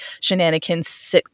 shenanigans